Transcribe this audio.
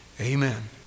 Amen